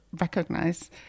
recognize